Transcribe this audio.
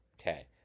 okay